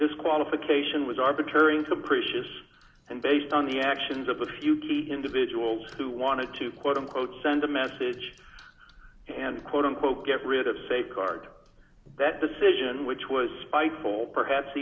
this qualification was arbitrary and capricious and based on the actions of a few key individuals who wanted to quote unquote send a message and quote unquote get rid of say card that decision which was spiteful perhaps